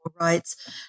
rights